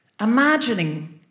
imagining